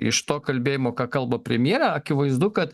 iš to kalbėjimo ką kalba premjerė akivaizdu kad